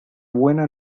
buena